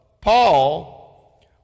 Paul